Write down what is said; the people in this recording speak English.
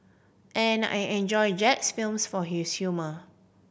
and I enjoy Jack's films for his humour